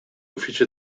uffici